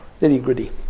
nitty-gritty